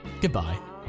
Goodbye